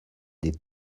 des